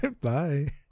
Bye